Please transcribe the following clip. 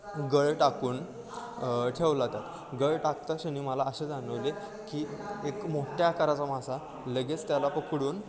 गळ टाकून ठेवला त्यात गळ टाकता क्षणी मला असे जाणवले की एक मोठ्या आकाराचा मासा लगेच त्याला पकडून